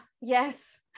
yes